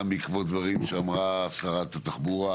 גם בעקבות דברים שאמרה שרת התחבורה,